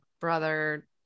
brother